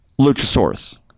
Luchasaurus